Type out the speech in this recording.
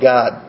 God